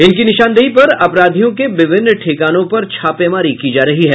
उनकी निशानदेही पर अपराधियों के विभिन्न ठिकानों पर छापेमारी की जा रही है